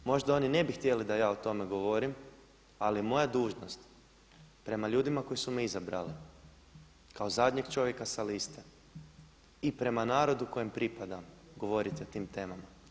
Možda oni ne bi htjeli da ja o tome govorim, ali je moja dužnost prema ljudima koji su me izabrali kao zadnjeg čovjeka sa liste i prema narodu kojem pripadam govoriti o tim temama.